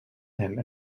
him